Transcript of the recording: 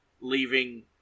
leaving